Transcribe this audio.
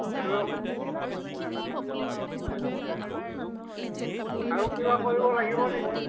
hello আৰু কিবা কৰিব লাগিব নেকি